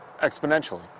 exponentially